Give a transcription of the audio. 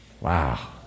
Wow